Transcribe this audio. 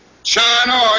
China